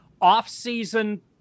Off-season